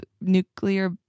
nuclear